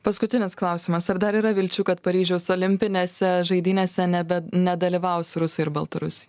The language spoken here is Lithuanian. paskutinis klausimas ar dar yra vilčių kad paryžiaus olimpinėse žaidynėse nebe nedalyvaus rusai ir baltarusi